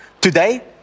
Today